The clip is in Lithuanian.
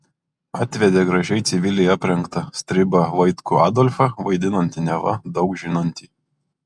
atvedė gražiai civiliai aprengtą stribą vaitkų adolfą vaidinantį neva daug žinantį